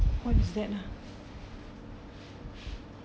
what's that lah